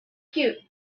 cute